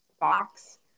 box